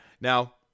Now